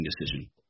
decision